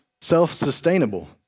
self-sustainable